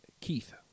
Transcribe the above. Keith